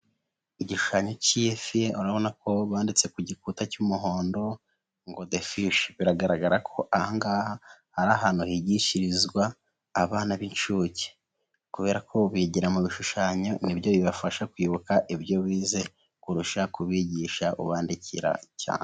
Igishushanyo cy'ifi, urabona ko banditse ku gikuta cy'umuhondo ngo defishi, biragaragara ko aha ngaha ari ahantu higishirizwa abana b'incuke kubera ko bigira mu bishushanyo ni byo bibafasha kwibuka ibyo bize kurusha kubigisha ubandikira cyane.